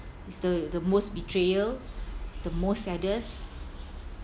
is the the most betrayal the most saddest